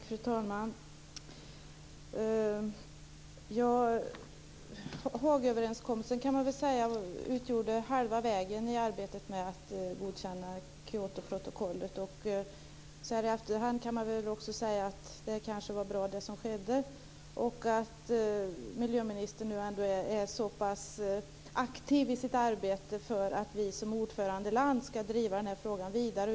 Fru talman! Man kan väl säga att Haagöverenskommelsen utgjorde halva vägen i arbetet med att godkänna Kyotoprotokollet. Så här i efterhand kan man väl också säga att det kanske var bra det som skedde. Miljöministern är ju nu ändå så pass aktiv i sitt arbete för att vi som ordförandeland ska driva den här frågan vidare.